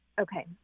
okay